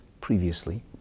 previously